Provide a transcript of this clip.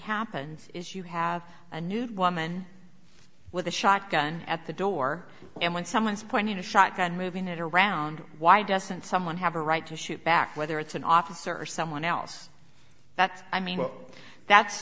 happens is you have a nude woman with a shotgun at the door and when someone's pointing a shotgun moving it around why doesn't someone have a right to shoot back whether it's an officer or someone else that's i mean that's